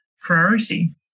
priority